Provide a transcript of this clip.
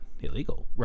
illegal